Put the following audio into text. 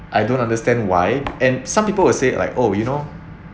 I don't understand why and some people will say like oh you know